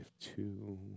two